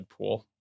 deadpool